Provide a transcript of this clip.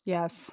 Yes